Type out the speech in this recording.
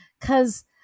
cause